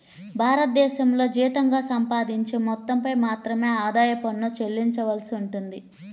భారతదేశంలో జీతంగా సంపాదించే మొత్తంపై మాత్రమే ఆదాయ పన్ను చెల్లించవలసి ఉంటుంది